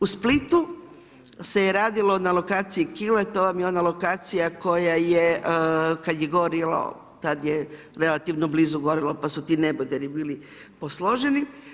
U Splitu se je radio na lokaciji … to vam je ona lokacija koja je, kada je gorilo, tada je relativno blizu gorilo, pa su ti neboderi bili posloženi.